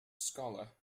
scholar